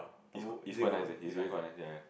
it's it's quite nice eh he's really quite nice ya ya